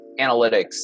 analytics